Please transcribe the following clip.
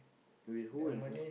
with who and who